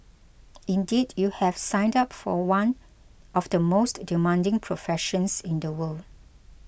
indeed you have signed up for one of the most demanding professions in the world